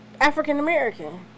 African-American